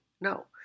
No